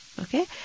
Okay